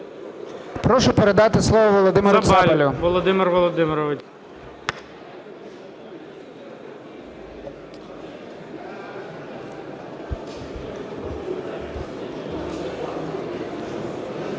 Прошу передати слово Володимиру Цабалю.